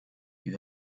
you